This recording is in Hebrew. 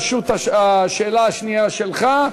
רשות השאלה השנייה שלך,